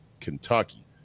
Kentucky